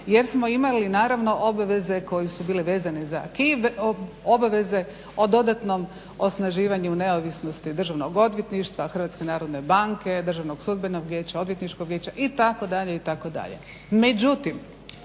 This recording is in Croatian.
jer smo imali naravno obaveze koje su bile vezane za acquis, obaveze o dodatnom osnaživanju neovisnosti Državnog odvjetništva, Hrvatske narodne banke, Državnog sudbenog vijeća, odvjetničkog vijeća itd.,